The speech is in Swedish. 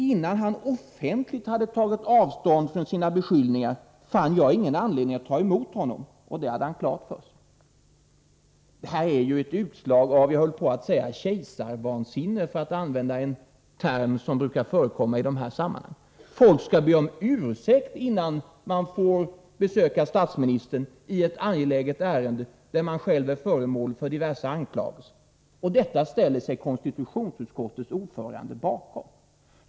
”Innan han offentligt hade tagit avstånd från sina beskyllningar fann jag ingen anledning att ta emot honom, och det hade han klart för sig.” Det här är ju ett utslag av — jag höll på att säga kejsarvansinne, för att använda en term som brukar förekomma i de här sammanhangen. Man skall be om ursäkt innan man får besöka statsministern i ett angeläget ärende, där man själv är föremål för diverse anklagelser. Och detta ställer sig konstitutionsutskottets ordförande bakom!